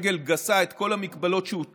כבוד היושב-ראש, חברי הכנסת, מכובדי שר